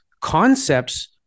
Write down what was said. concepts